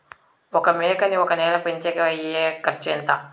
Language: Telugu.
ఒక మేకని ఒక నెల పెంచేకి అయ్యే ఖర్చు ఎంత?